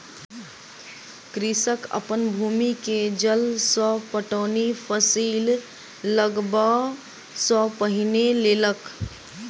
कृषक अपन भूमि के जल सॅ पटौनी फसिल लगबअ सॅ पहिने केलक